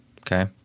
Okay